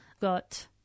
got